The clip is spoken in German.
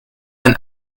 ein